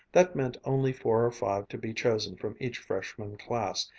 that meant only four or five to be chosen from each freshman class,